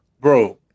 Bro